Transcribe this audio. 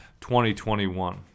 2021